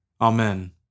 Amen